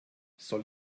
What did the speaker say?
soll